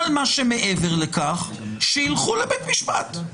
כל מה שמעבר לכך, שילכו לבית משפט.